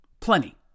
plenty